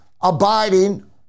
abiding